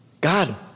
God